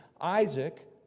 Isaac